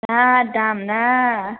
जा दामना